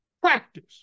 practice